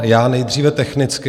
Já nejdříve technicky.